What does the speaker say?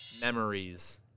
Memories